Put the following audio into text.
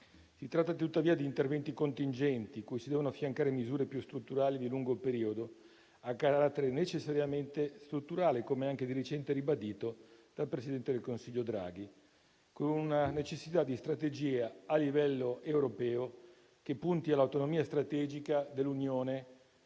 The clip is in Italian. Si tratta tuttavia di interventi contingenti, a cui si devono affiancare misure più strutturali di lungo periodo, a carattere necessariamente strutturale, come anche di recente ribadito dal presidente del Consiglio, Draghi, con la necessità di una strategia a livello europeo che punti all'autonomia strategica dell'Unione su